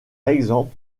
exemple